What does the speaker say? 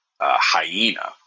hyena